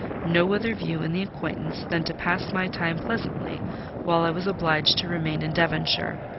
no other view in the acquaintance than to pass my time pleasantly while i was obliged to remain in devonshire,